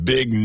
Big